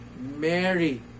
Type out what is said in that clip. Mary